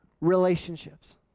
relationships